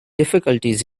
difficulties